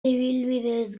ibilbideez